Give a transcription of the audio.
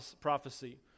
prophecy